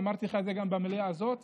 ואמרתי לך את זה גם במליאה הזאת,